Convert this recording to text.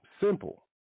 Simple